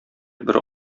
бер